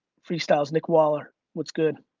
freestyle's nick waller, what's good?